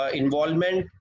involvement